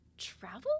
travel